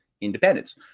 independence